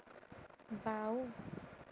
বাওঁ